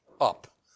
up